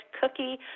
cookie